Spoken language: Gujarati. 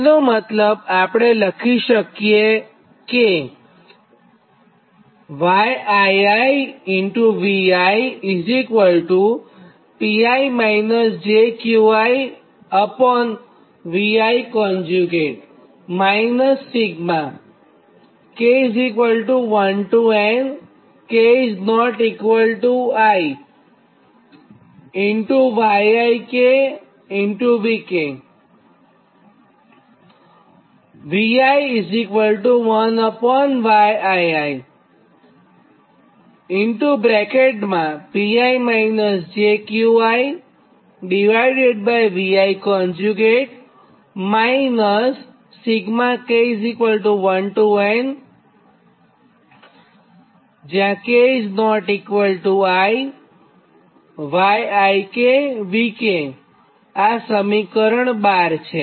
તેનો મતલબ આપણે લખી શકીએ કે આ સમીકરણ 12 છે